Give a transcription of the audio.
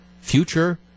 future